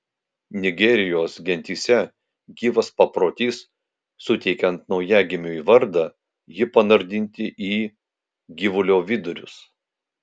nigerijos gentyse gyvas paprotys suteikiant naujagimiui vardą jį panardinti į gyvulio vidurius